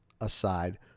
aside